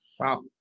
Wow